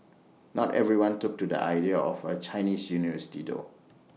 not everyone took to the idea of A Chinese university though